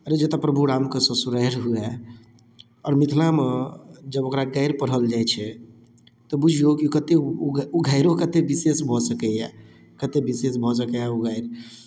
अरे जतऽ प्रभु रामके ससुरारि हुए आओर मिथिलामे जब ओकरा गाड़ि पढ़ल जाइ छै तऽ बुझियौ कि कते उ उ उ गाइरो कते विशेषमे भऽ सकैय कते विशेष भऽ सकैय ओ गाड़ि